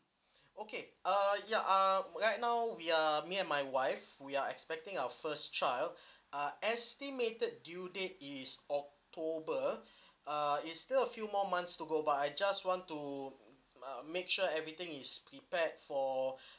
okay uh ya uh right now we are me and my wife we are expecting our first child uh estimated due date is october uh it's still a few more months to go but I just want to uh make sure everything is prepared for